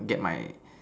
get my